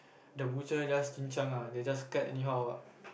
the butcher just they just cut anyhow